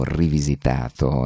rivisitato